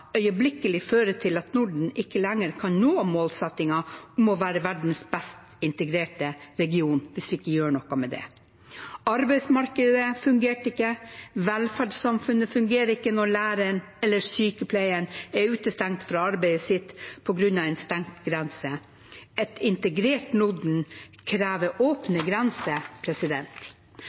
øyeblikkelig fører til at Norden ikke lenger kan nå målsettingen om å være verdens best integrerte region, hvis vi ikke gjør noe med det. Arbeidsmarkedet fungerer ikke, velferdssamfunnet fungerer ikke når læreren eller sykepleieren er utestengt fra arbeidet sitt på grunn av en stengt grense. Et integrert Norden krever åpne